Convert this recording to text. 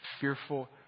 fearful